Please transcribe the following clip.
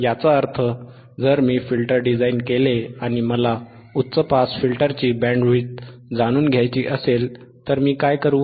याचा अर्थ जर मी फिल्टर डिझाइन केले आणि मला उच्च पास फिल्टरची बँडविड्थ जाणून घ्यायची असेल तर मी काय करू